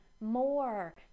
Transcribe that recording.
more